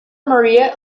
maria